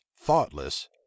thoughtless